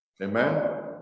amen